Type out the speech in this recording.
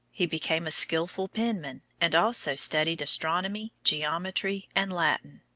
he became a skillful penman, and also studied astronomy, geometry, and latin.